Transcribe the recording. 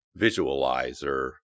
Visualizer